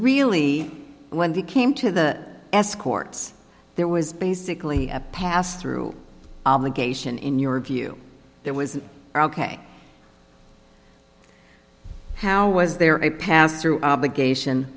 really when they came to the escorts there was basically a pass through obligation in your view there was an ok how was there a pass through obligation